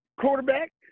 quarterback